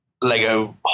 Lego